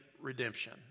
redemption